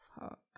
Fuck